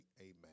Amen